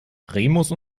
remus